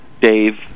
Dave